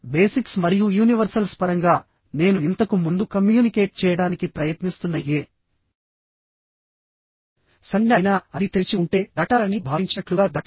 basics మరియు universals పరంగా నేను ఇంతకు ముందు కమ్యూనికేట్ చేయడానికి ప్రయత్నిస్తున్న ఏ సంజ్ఞ అయినాఅది తెరిచి ఉంటేదాటాలని భావించినట్లుగా దాటబడదు